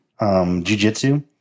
jujitsu